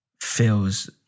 feels